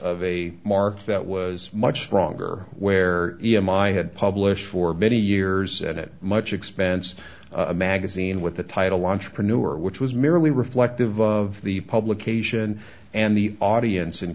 a market that was much stronger where e m i had published for many years and it much expense a magazine with the title entrepreneur which was merely reflective of the publication and the audience and